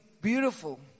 beautiful